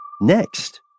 Next